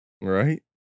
Right